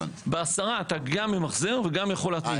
בעשרה אתה גם ממחזר וגם יכול להטמין.